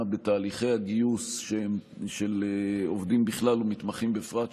בתהליכי הגיוס של עובדים בכלל ומתמחים בפרט,